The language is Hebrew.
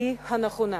היא הנכונה.